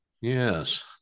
Yes